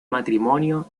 matrimonio